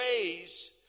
praise